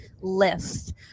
list